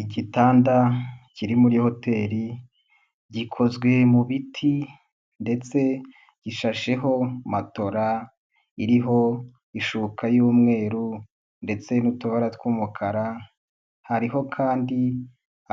Igitanda kiri muri hoteli gikozwe mu biti ndetse gishasheho matora iriho ishuka y'umweru ndetse n'utura tw'umukara, hariho kandi